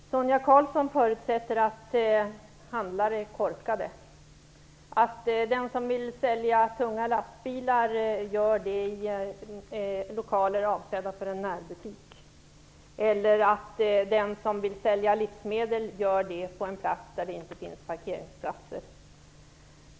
Fru talman! Sonia Karlsson förutsätter att handlare är korkade, att den som vill sälja tunga lastbilar gör detta i lokaler som är avsedda för närbutiker eller att den som vill sälja livsmedel gör detta på en plats som saknar parkeringsplatser.